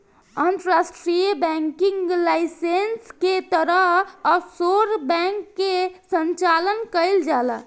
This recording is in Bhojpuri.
अंतर्राष्ट्रीय बैंकिंग लाइसेंस के तहत ऑफशोर बैंक के संचालन कईल जाला